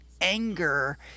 anger